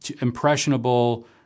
impressionable